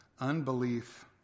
Unbelief